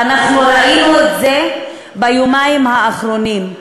ואנחנו ראינו את זה ביומיים האחרונים.